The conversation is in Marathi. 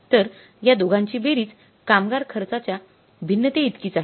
तर या दोघांची बेरीज कामगार खर्चाच्या भिन्नतेइतकीच आहे